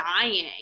dying